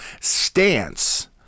stance